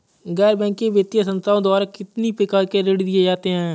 गैर बैंकिंग वित्तीय संस्थाओं द्वारा कितनी प्रकार के ऋण दिए जाते हैं?